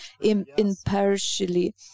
impartially